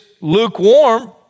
lukewarm